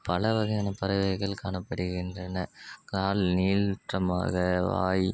பலவகையான பறவைகள் காணப்படுகின்றன கால் நீள்ற்றமாக வாய்